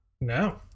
No